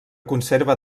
conserva